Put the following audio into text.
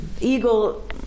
eagle